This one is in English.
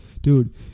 dude